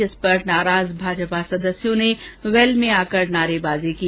जिस पर नाराज भाजपा सदस्यों ने वैल में आकर नारेबाजी की